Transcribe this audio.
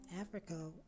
Africa